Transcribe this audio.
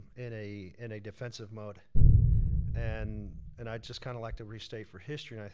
in a in a defensive mode and and i just kinda like to restate for history, and